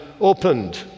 opened